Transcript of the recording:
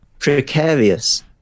Precarious